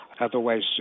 otherwise